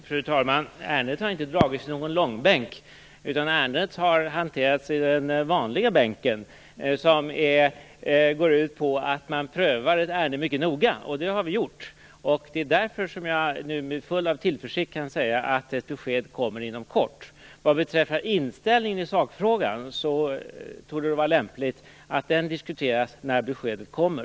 Fru talman! Ärendet har inte dragits i någon långbänk. Det har hanterats i den vanliga bänken som går ut på att man prövar ett ärende mycket noga, och det har vi gjort. Det är därför som jag nu med tillförsikt kan säga att ett besked kommer inom kort. Vad beträffar inställningen i sakfrågan torde det vara lämpligt att diskutera den när beskedet kommer.